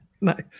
Nice